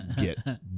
get